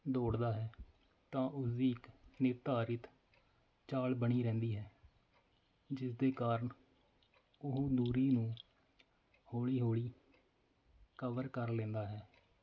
ਦੌੜਦਾ ਹੈ ਤਾਂ ਉਸਦੀ ਇੱਕ ਨਿਰਧਾਰਿਤ ਚਾਲ ਬਣੀ ਰਹਿੰਦੀ ਹੈ ਜਿਸ ਦੇ ਕਾਰਨ ਉਹ ਦੂਰੀ ਨੂੰ ਹੌਲੀ ਹੌਲੀ ਕਵਰ ਕਰ ਲੈਂਦਾ ਹੈ